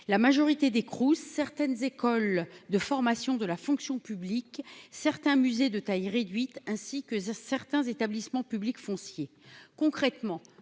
la majorité des Crous, certaines écoles de formation de la fonction publique, certains musées de taille réduite, ainsi que certains établissements publics fonciers concrètement,